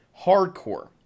hardcore